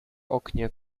oknie